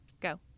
go